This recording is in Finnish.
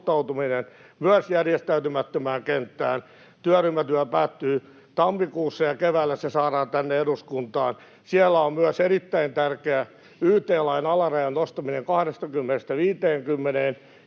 myös järjestäytymättömään kenttään. Työryhmätyö päättyy tammikuussa, ja keväällä se saadaan tänne eduskuntaan. Siellä on myös erittäin tärkeä yt-lain alarajan nostaminen 20:sta